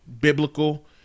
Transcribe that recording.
biblical